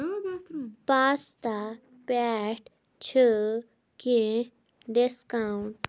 pasta پٮ۪ٹھ چھِ کینٛہہ ڈِسکاوُنٛٹ